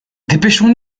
dépêchons